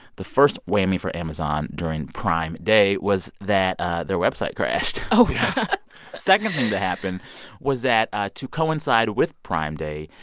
the first whammy for amazon during prime day was that ah their website crashed. yeah second thing to happen was that ah to coincide with prime day,